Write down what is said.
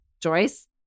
Joyce